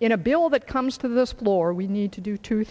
in a bill that comes to this floor we need to do two